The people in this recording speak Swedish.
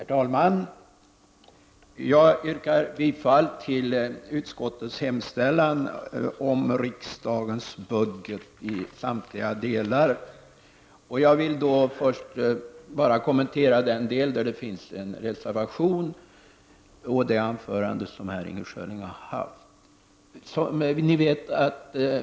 Herr talman! Jag yrkar bifall till utskottets hemställan om riksdagens budget i samtliga delar. Jag vill kommentera den del där det finns en reservation och det anförande som Inger Schörling har hållit.